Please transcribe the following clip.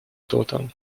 total